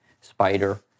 spider